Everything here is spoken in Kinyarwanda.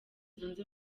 zunze